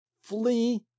flee